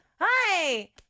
Hi